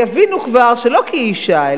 ויבינו כבר שלא כי היא אשה,